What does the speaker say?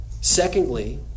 Secondly